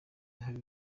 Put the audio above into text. hari